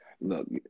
Look